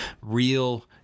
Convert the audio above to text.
real